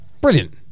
Brilliant